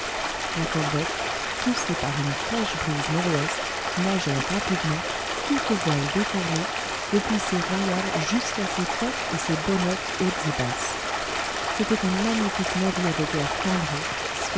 la corvette poussée par une fraîche brise nord-ouest nageait rapidement toutes voiles déferlées depuis ses royales jusqu'à ses focs et ses bonnettes hautes et basses c'était un magnifique navire de guerre cambré